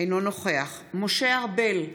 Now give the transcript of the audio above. אינו נוכח משה ארבל,